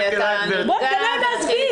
רק אלייך --- תן להם להסביר.